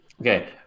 okay